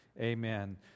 Amen